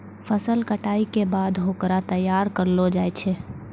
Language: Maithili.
फसल कटाई के बाद होकरा तैयार करलो जाय छै